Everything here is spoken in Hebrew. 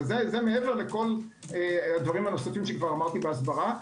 זה מעבר לכל הדברים הנוספים שאמרתי בהסברה.